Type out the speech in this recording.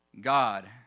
God